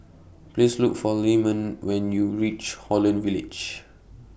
Please Look For Lyman when YOU REACH Holland Village